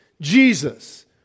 Jesus